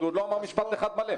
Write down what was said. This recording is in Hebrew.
הוא עוד לא אמר משפט אחד מלא.